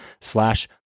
slash